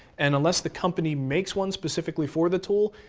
and unless the company makes one specifically for the tool,